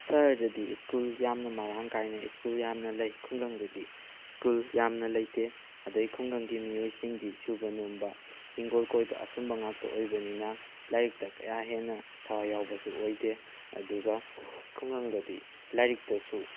ꯁꯍ꯭ꯔꯗꯗꯤ school ꯌꯥꯝꯅ ꯃꯔꯥꯡ ꯀꯥꯏꯅ ꯁ꯭ꯀꯨꯜ ꯌꯥꯝꯅ ꯂꯩ ꯈꯨꯡꯒꯪꯗꯗꯤ ꯁ꯭ꯀꯨꯜ ꯌꯥꯝꯅ ꯂꯩꯇꯦ ꯑꯗꯨꯗꯩ ꯈꯨꯡꯒꯪꯒꯤ ꯃꯤꯑꯣꯏꯁꯤꯡꯗꯤ ꯁꯨꯕ ꯅꯣꯝꯕ ꯍꯤꯡꯒꯣꯜ ꯀꯣꯏꯕ ꯑꯁꯨꯝꯕ ꯉꯥꯛꯇ ꯑꯣꯏꯕꯅꯤꯅ ꯂꯥꯏꯔꯤꯛꯇ ꯀꯌꯥ ꯍꯦꯟꯅ ꯊꯋꯥꯏ ꯌꯥꯎꯕꯁꯨ ꯑꯣꯏꯗꯦ ꯑꯗꯨꯒ ꯈꯨꯡꯒꯪꯗꯗꯤ ꯂꯥꯏꯔꯤꯛꯇꯁꯨ